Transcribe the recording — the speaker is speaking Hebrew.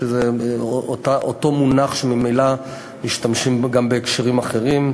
שזה אותו מונח שממילא משתמשים בו גם בהקשרים אחרים.